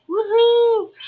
Woohoo